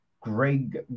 Greg